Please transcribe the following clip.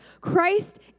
Christ